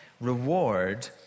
reward